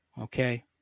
okay